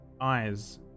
eyes